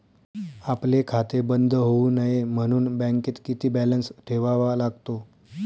आपले खाते बंद होऊ नये म्हणून बँकेत किती बॅलन्स ठेवावा लागतो?